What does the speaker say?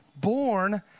Born